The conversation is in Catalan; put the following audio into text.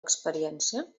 experiència